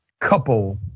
couple